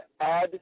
add